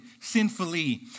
sinfully